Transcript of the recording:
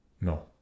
No